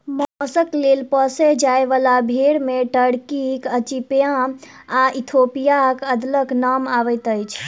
मौसक लेल पोसल जाय बाला भेंड़ मे टर्कीक अचिपयाम आ इथोपियाक अदलक नाम अबैत अछि